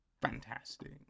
Fantastic